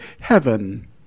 heaven